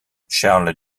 charles